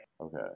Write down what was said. Okay